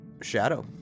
Shadow